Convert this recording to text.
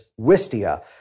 Wistia